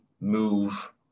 move